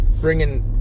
bringing